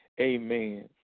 Amen